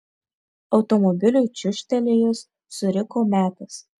automobiliui čiūžtelėjus suriko metas